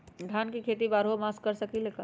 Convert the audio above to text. धान के खेती बारहों मास कर सकीले का?